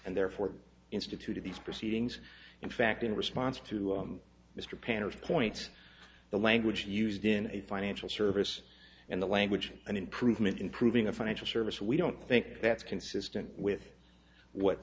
and therefore institute of these proceedings in fact in response to mr panners points the language used in a financial service and the language of an improvement in proving a financial service we don't think that's consistent with what